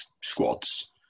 squads